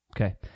Okay